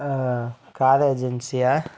car ஏஜென்சியா